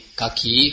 kaki